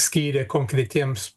skyrė konkretiems